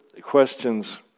questions